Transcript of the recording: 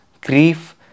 grief